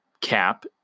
Cap